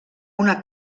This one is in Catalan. una